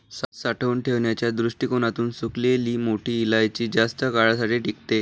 साठवून ठेवण्याच्या दृष्टीकोणातून सुकलेली मोठी इलायची जास्त काळासाठी टिकते